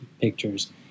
pictures